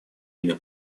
имя